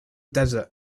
desert